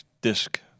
disc